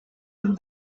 that